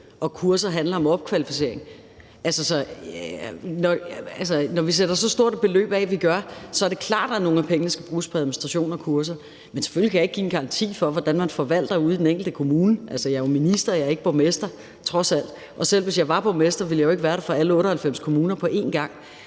og kurser handler om opkvalificering. Når vi sætter så stort et beløb af, som vi gør, er det klart, at nogle af pengene skal bruges på administration og kurser, men selvfølgelig kan jeg ikke give en garanti for, hvordan man forvalter ude i den enkelte kommune. Altså, jeg er jo minister; jeg er ikke borgmester, trods alt. Og selv hvis jeg var borgmester, ville jeg jo ikke være det for alle 98 kommuner på en gang.